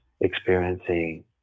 experiencing